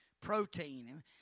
protein